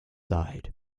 side